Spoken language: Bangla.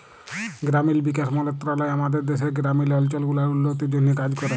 গেরামিল বিকাশ মলত্রলালয় আমাদের দ্যাশের গেরামিল অলচল গুলার উল্ল্য তির জ্যনহে কাজ ক্যরে